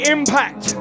Impact